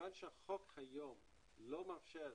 מכיוון שהחוק היום לא מאפשר,